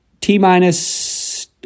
T-minus